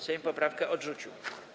Sejm poprawkę odrzucił.